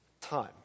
time